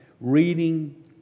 reading